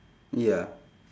ya